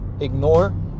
ignore